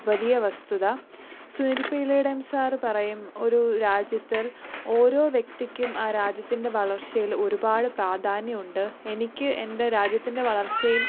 വലിയ വസ്തുത Sunil P Elayidam sir പറയും ഒരു രാജ്യത്തിൽ ഓരോ വ്യക്തിക്കും ആ രാജ്യത്തിൻ്റെ വളർച്ചയിൽ ഒരുപാട് പ്രാധാന്യമുണ്ട് എനിക്ക് എൻ്റെ രാജ്യത്തിൻ്റെ വളർച്ചയിൽ